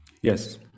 Yes